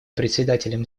председателем